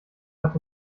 hat